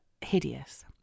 hideous